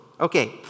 Okay